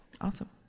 Awesome